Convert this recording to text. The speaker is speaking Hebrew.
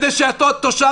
האם כדי שאותו תושב,